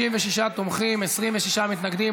36 תומכים, 26 מתנגדים.